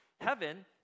heaven